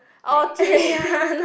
oh thin